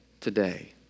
today